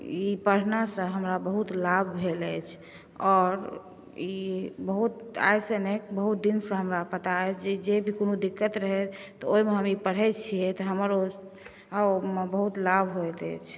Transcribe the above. ई पढ़नासॅं बहुत हमरा लाभ भेल अछि और ई आइ से नहि बहुत दिनसॅं हमरा पता अछि जे जे भी कोनो दिक्कत रहै तऽ ओहिमे हम ई पढ़ै छिऐ तऽ हमरा बहुत लाभ होइत अछि